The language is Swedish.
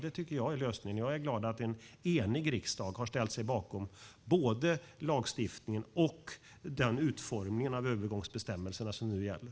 Det tycker jag är lösningen, och jag är glad att en enig riksdag ställt sig bakom både lagstiftningen och den utformning av övergångsbestämmelserna som nu gäller.